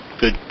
good